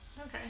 Okay